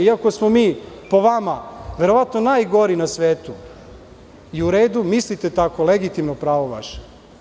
Iako smo mi po vama verovatno najgori na svetu i u redu mislite tako, legitimno je pravo vaše.